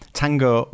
tango